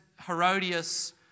Herodias